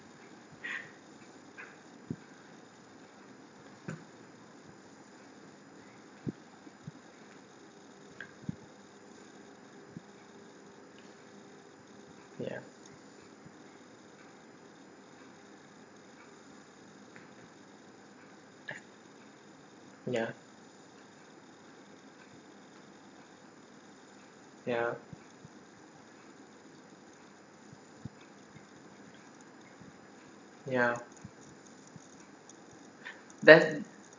ya ya ya ya then